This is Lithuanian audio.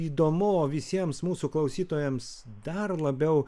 įdomu o visiems mūsų klausytojams dar labiau